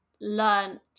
learned